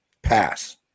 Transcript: pass